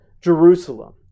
Jerusalem